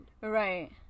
Right